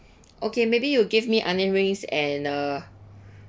okay maybe you give me onion rings and uh